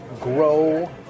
grow